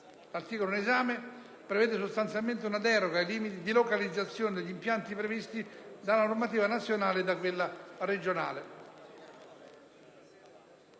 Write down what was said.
L'articolo in esame prevede sostanzialmente una deroga ai limiti di localizzazione degli impianti previsti dalla normativa nazionale e da quella regionale.